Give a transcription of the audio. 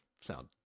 sound